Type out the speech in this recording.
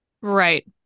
Right